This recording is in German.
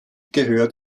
gehört